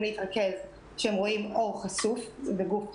להתרכז כאשר הם רואים עור חשוף וגוף חשוף,